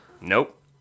Nope